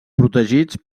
protegits